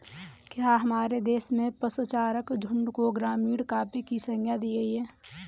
क्या हमारे देश में पशुचारक झुंड को ग्रामीण काव्य की संज्ञा दी गई है?